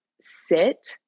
sit